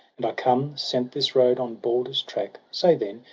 and i come, sent this road on balder's track say then,